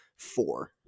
four